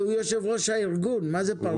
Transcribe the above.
הוא יושב ראש הארגון, מה זה פרטני?